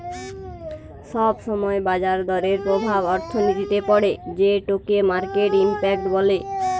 সব সময় বাজার দরের প্রভাব অর্থনীতিতে পড়ে যেটোকে মার্কেট ইমপ্যাক্ট বলে